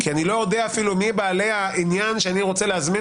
כי אני לא יודע אפילו מי בעלי העניין שאני רוצה להזמין